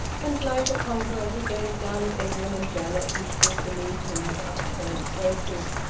and like a conqueror he gazed down at edwin and janet, who stood beneath him with upturned faces.